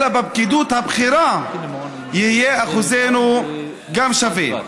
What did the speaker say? אלא גם בפקידות הבכירה יהיה אחוזנו שווה.